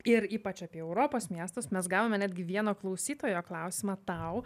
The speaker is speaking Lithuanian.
ir ypač apie europos miestus mes gavome netgi vieno klausytojo klausimą tau